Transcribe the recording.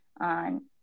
on